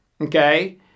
Okay